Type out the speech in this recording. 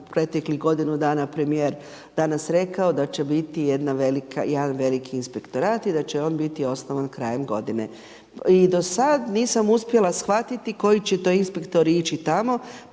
proteklih godinu dana premijer danas rekao da će biti jedan veliki inspektorat i da će on biti osnovan krajem godine. I do sad nisam uspjela shvatiti koji će to inspektori ići tamo.